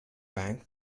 bank